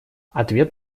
ответ